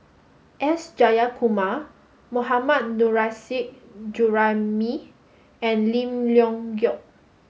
S Jayakumar Mohammad Nurrasyid Juraimi and Lim Leong Geok